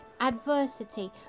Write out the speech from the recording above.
adversity